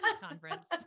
conference